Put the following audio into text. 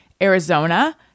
Arizona